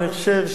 ואני חושב,